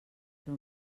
però